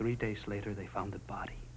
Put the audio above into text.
three days later they found the body